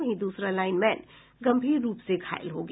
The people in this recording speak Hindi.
वहीं दूसरा लाईनमैन गम्भीर रूप से घायल हो गया